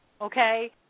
okay